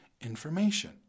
information